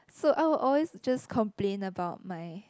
so I will always just complain about my